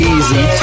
Easy